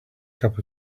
cup